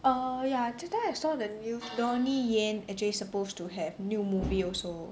err ya today I saw the news Donnie Yen actually supposed to have new movie also